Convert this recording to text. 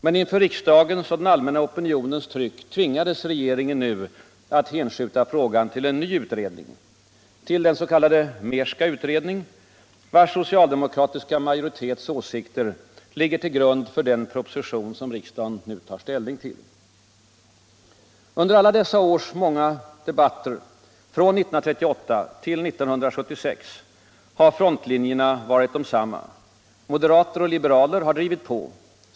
Men inför riksdagens och den allmänna opinionens tryck tvingades regeringen nu att hänskjuta frågan till en ny utredning —- till den s.k. Mehrska utredning, vars socialdemokratiska majoritets åsikter ligger till grund för den proposition som riksdagen nu tar ställning till. Under alla dessa års många debatter — från 1938 till 1976 — har frontlinjerna varit desamma. Moderater och liberaler har drivit på.